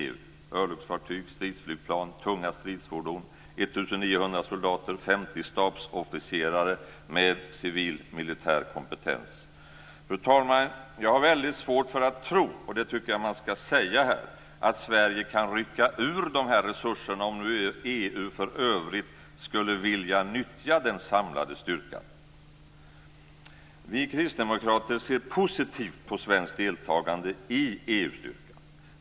Det är örlogsfartyg, stridsflygplan, tunga stridsfordon, 1 900 soldater och Fru talman! Jag har väldigt svårt för att tro - och det tycker jag att man ska säga här - att Sverige kan rycka ur de här resurserna om nu EU för övrigt skulle vilja nyttja den samlade styrkan. Vi kristdemokrater ser positivt på svenskt deltagande i EU-styrkan.